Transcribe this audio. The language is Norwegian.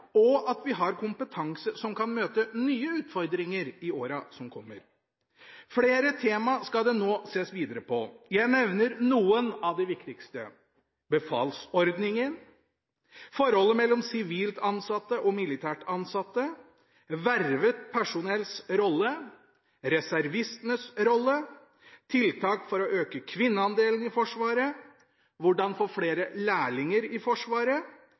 og at vi har kompetanse som kan møte nye utfordringer i årene som kommer. Flere tema skal det nå ses videre på. Jeg nevner noen av de viktigste: Befalsordningen Forholdet mellom sivilt ansatte og militært ansatte Vervet personells rolle Reservistenes rolle Tiltak for å øke kvinneandelen i Forsvaret Hvordan få flere lærlinger i Forsvaret?